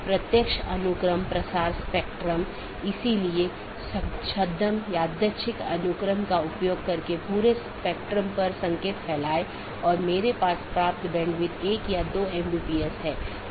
एक पारगमन AS में मल्टी होम AS के समान 2 या अधिक ऑटॉनमस सिस्टम का कनेक्शन होता है लेकिन यह स्थानीय और पारगमन ट्रैफिक दोनों को वहन करता है